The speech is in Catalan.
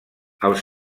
els